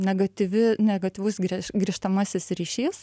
negatyvi negatyvus grįš grįžtamasis ryšys